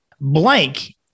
Blank